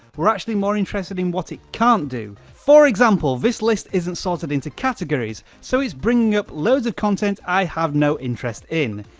we're more interested in what it can't do. for example, this list isn't sorted into categories so it's bringing up loads of content i have no interest in.